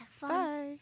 Bye